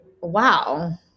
Wow